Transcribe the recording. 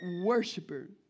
worshiper